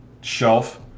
shelf